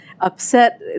upset